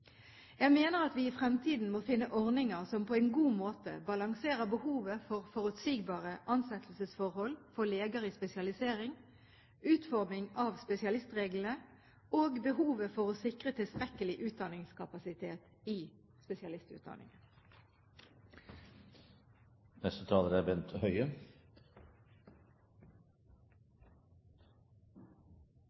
Jeg mener at vi i fremtiden må finne ordninger som på en god måte balanserer behovet for forutsigbare ansettelsesforhold for leger i spesialisering, utforming av spesialistreglene og behovet for å sikre tilstrekkelig utdanningskapasitet i spesialistutdanningen. Jeg takker statsråden for svaret. Det er